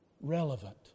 relevant